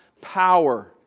power